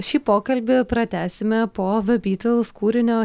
šį pokalbį pratęsime po the beatles kūrinio